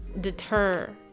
deter